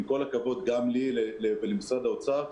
עם כל הכבוד גם לי ולמשרד האוצר,